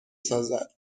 سازند